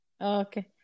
Okay